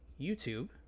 YouTube